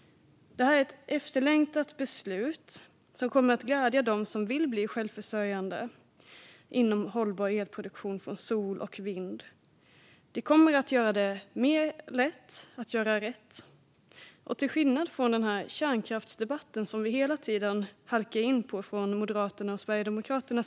Det är ett efterlängtat beslut som kommer att glädja dem som vill bli självförsörjande när det gäller hållbar elproduktion från sol och vind. Det kommer att göra det lättare att göra rätt. Från Moderaternas och Sverigedemokraternas sida halkar man hela tiden in på kärnkraftsdebatten.